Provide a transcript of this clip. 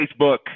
Facebook